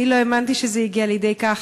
אני לא האמנתי שזה הגיע לידי כך.